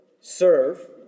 serve